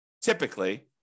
typically